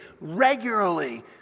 regularly